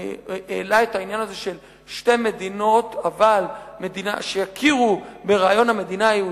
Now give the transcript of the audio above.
העלה את העניין הזה של שתי מדינות אבל שיכירו ברעיון המדינה היהודית.